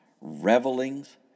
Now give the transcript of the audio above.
revelings